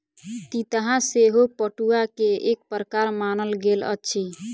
तितहा सेहो पटुआ के एक प्रकार मानल गेल अछि